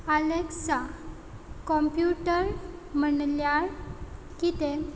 Alexa computer म्हणल्यार कितें